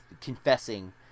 confessing